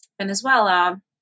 Venezuela